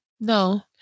no